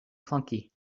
clunky